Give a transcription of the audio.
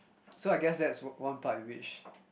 so I guess that's one one part which